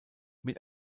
mit